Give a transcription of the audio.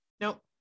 Nope